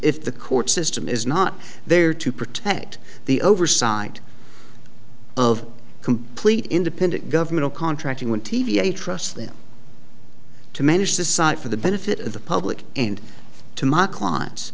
if the court system is not there to protect the oversight of complete independent government contracting when t v a trust them to manage the site for the benefit of the public and to my clients